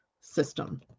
system